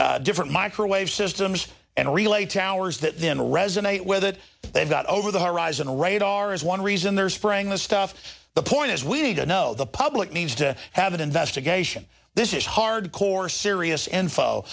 these different microwave systems and relay towers that then resonate with that they've got over the horizon radar is one reason they're spraying the stuff the point is we need to know the public needs to have an investigation this is hardcore serious info